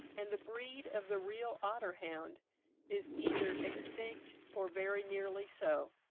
and the breed of the real otter-hound is either extinct or very nearly so.